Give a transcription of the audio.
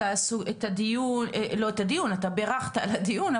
אתה בירכת על הדיון,